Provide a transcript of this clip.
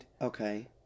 Okay